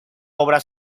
obra